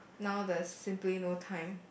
now there's simply no time